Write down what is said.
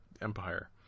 Empire